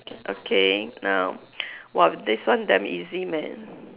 okay now !wah! this one damn easy man